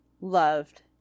loved